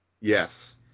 Yes